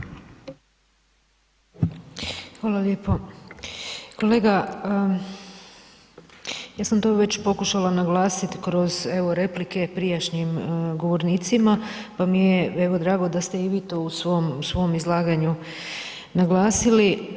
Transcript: Hvala lijepo, kolega ja sam to već pokušala naglasit kroz evo replike prijašnjim govornicima, pa mi je evo drago da ste i vi to u svom izlaganju naglasili.